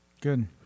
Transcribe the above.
Good